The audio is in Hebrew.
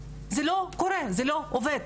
זה לא קורה, זה לא עובד.